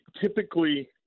typically